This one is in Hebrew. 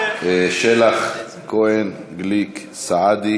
שלח, כהן, גליק, סעדי,